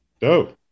dope